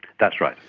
that's right.